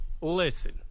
Listen